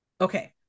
Okay